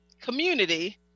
community